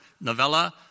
novella